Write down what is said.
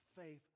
faith